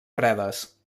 fredes